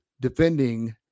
defending